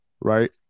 right